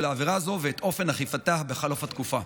עבירה זו ואת אופן אכיפתה בחלוף התקופה.